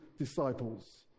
disciples